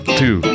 two